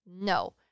No